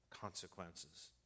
consequences